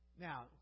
Now